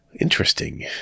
Interesting